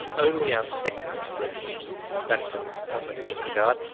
only our second resident vatican appointment in this regard,